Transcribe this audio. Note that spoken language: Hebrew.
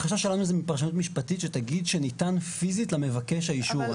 החשש שלנו הוא מפרשנות משפטית שתגיד שניתן פיזית למבקש האישור.